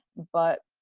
but